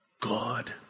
God